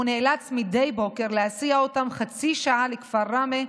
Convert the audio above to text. והוא נאלץ מדי בוקר להסיע אותם חצי שעה לכפר ראמה,